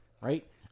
right